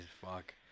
fuck